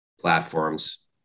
platforms